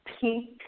Pink